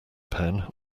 pen